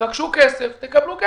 תבקשו כסף ותקבלו אותו.